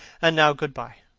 and now good-bye.